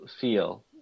feel